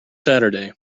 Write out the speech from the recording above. saturday